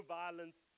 violence